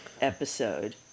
episode